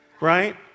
right